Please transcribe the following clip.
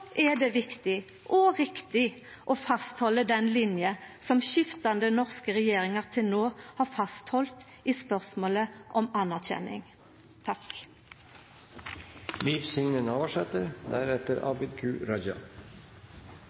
er det viktig og riktig å halda fast ved den linja som skiftande norske regjeringar til no har halde fast ved i spørsmålet om